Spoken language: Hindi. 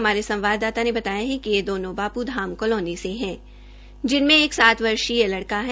हमारे संवाददाता ने बताया कि ये दोनों बापूधाम से है जिनमें एक सात वर्षीय लड़का है